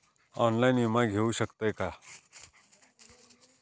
Online विमा घेऊ शकतय का?